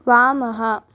वामः